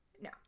No